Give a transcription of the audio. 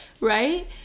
right